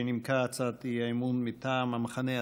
שנימקה הצעת אי-אמון מטעם המחנה הציוני.